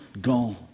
gone